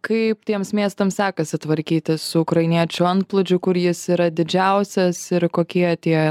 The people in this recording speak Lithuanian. kaip tiems miestams sekasi tvarkytis su ukrainiečių antplūdžiu kur jis yra didžiausias ir kokie tie